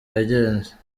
yagenze